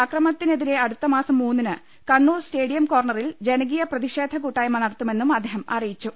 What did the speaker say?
അക്രമത്തി നെതിരെ അടുത്തമാസം മൂന്നിന് കണ്ണൂർ സ്റ്റേഡിയം കോർണറിൽ ജനകീയ പ്രതിഷേധ കൂട്ടായ്മ നടത്തുമെന്നും അദ്ദേഹം അറിയിച്ചു